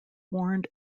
warned